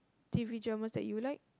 t_v dramas that you like